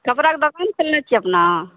कपड़ाके दोकान खोलने छियै अपने